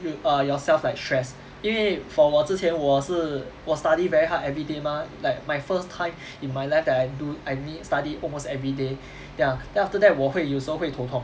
you err yourself like stress 因为 for 我之前我是我 study very hard everyday mah like my first time in my life that I do I need study almost everyday ya then after that 我会有时候会头痛